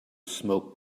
smoke